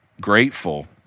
grateful